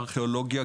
ארכאולוגיה,